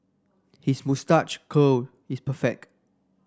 his moustache curl is perfect